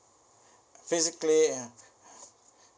physically ah